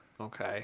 okay